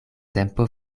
tempo